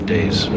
Days